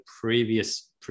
previous